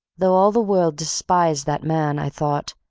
though all the world despise that man, i thought,